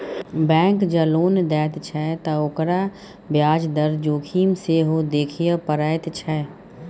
bank जँ loan दैत छै त ओकरा ब्याज दर जोखिम सेहो देखय पड़ैत छै